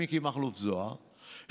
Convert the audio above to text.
ואדוארד קוזנצוב,